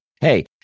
hey